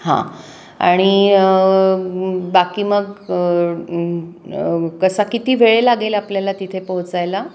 हां आणि बाकी मग कसा किती वेळ लागेल आपल्याला तिथे पोहोचायला